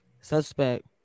Suspect